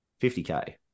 50K